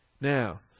Now